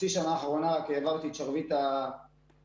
השנה האחרונה העברתי את השרביט לגברעם,